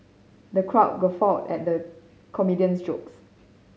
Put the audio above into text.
the crowd guffawed at the comedian's jokes